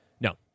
no